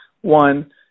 one